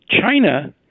China